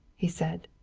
he said.